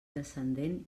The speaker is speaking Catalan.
descendent